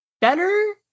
better